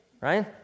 right